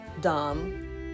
dumb